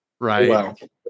right